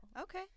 Okay